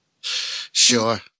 sure